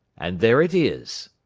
and there it is.